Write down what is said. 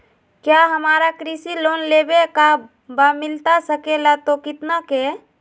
क्या हमारा कृषि लोन लेवे का बा मिलता सके ला तो कितना के?